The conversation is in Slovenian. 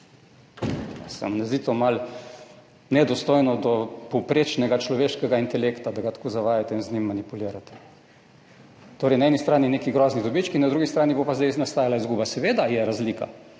ne zdi malo nedostojno do povprečnega človeškega intelekta to, da ga tako zavajate in z njim manipulirate? Torej, na eni strani neki grozni dobički, na drugi strani bo pa zdaj nastajala izguba. Seveda je razlika.